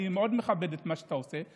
אני מאוד מכבד את מה שאתה עושה,